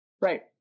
Right